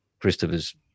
christopher's